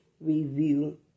review